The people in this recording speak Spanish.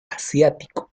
asiático